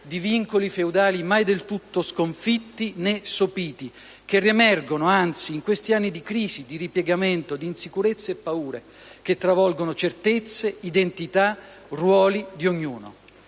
di vincoli feudali mai del tutto sconfitti né sopiti, che anzi riemergono in questi anni di crisi, di ripiegamento, di insicurezze e di paure che travolgono certezze, identità e ruoli di ognuno.